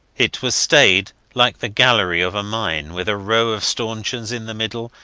it was stayed like the gallery of a mine, with a row of stanchions in the middle,